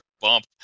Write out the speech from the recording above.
bump